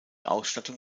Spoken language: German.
ausstattung